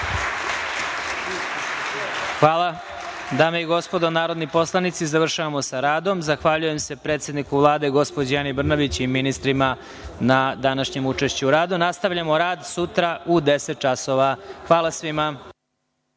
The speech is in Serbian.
Hvala. Dame i gospodo narodni poslanici, završavamo sa radom. Zahvaljujem se predsedniku Vlade, gospođi Ani Brnabić, i ministrima na današnjem učešću u radu. Sa radom nastavljamo sutra u 10.00 časova. Hvala svima.